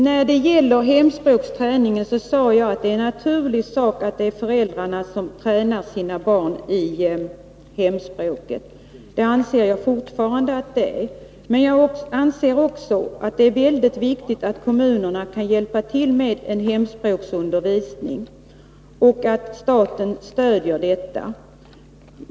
När det gäller hemspråksträningen sade jag att det är en naturlig sak att föräldrarna tränar sina barn i hemspråket. Det anser jag fortfarande att det är, men jag anser också att det är väldigt viktigt att kommunerna kan hjälpa till med en hemspråksundervisning och att staten stöder detta.